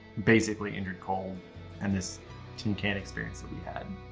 basically indrid cold and this tin can experience that we had